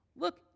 Look